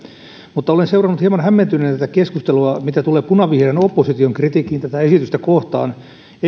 mutta olen seurannut hieman hämmentyneenä tätä keskustelua mitä tulee punavihreän opposition kritiikkiin tätä esitystä kohtaan eikö